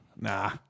Nah